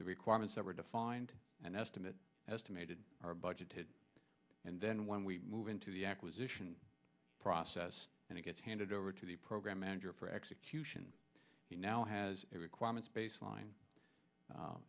the requirements that were defined and estimate as to made are budgeted and then when we move into the acquisition process and it gets handed over to the program manager for execution he now has requirements baseline